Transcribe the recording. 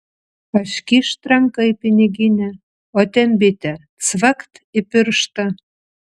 aš kyšt ranką į piniginę o ten bitė cvakt į pirštą